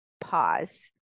pause